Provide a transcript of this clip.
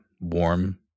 warm